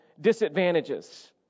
disadvantages